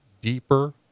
deeper